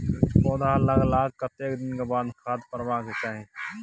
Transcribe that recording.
पौधा लागलाक कतेक दिन के बाद खाद परबाक चाही?